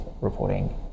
reporting